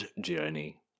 Journey